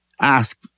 ask